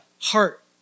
heart